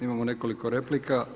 Imamo nekoliko replika.